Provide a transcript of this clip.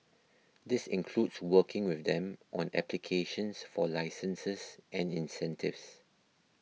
this includes working with them on applications for licenses and incentives